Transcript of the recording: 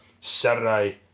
Saturday